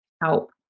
help